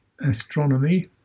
astronomy